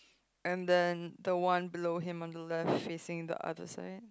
and then the one below him on the left facing the other side